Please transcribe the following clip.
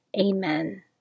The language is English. Amen